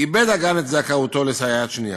איבד הגן את זכאותו לסייעת שנייה.